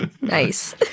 Nice